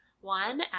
one